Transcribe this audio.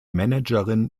managerin